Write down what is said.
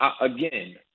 again